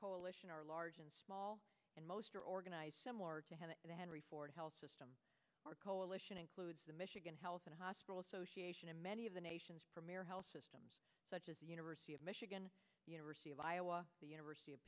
coalition are large and small and most are organized similar to hannah and henry ford health system our coalition includes the michigan health and hospital association and many of the nation's premier health systems such as the university of michigan university of iowa the university of